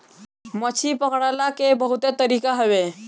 मछरी पकड़ला के बहुते तरीका हवे